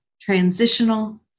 transitional